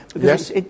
Yes